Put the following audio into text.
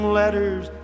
letters